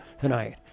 tonight